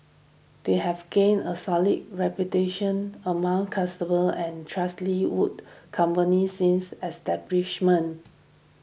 they have gained a solid reputation amongst customers and trust Lee would company since establishment